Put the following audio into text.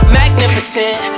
magnificent